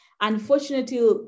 Unfortunately